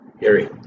Gary